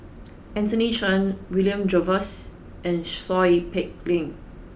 Anthony Chen William Jervois and Seow Peck Leng